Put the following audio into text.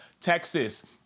Texas